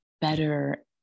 better